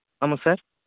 ஆமாம் சார்